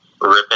ripping